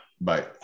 Bye